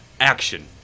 action